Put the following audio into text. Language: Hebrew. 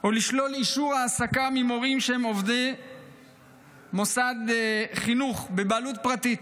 או לשלול אישור העסקה ממורים שהם עובדי מוסד חינוך בבעלות פרטית,